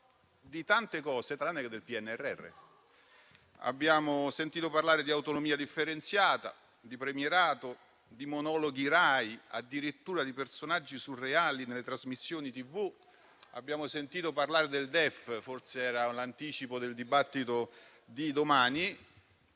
di tante cose, tranne che del PNRR. Abbiamo sentito parlare di autonomia differenziata, di premierato, di monologhi RAI, addirittura di personaggi surreali nelle trasmissioni TV; abbiamo sentito parlare del DEF, come anticipo forse del dibattito di domani.